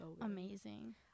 amazing